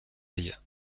œil